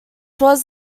was